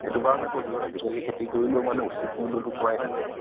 সেইটো কাৰণে কৈছোঁ আজিকালি খেতি কৰিলেও মানে উচিত মূল্যটো পোৱাই নাযায়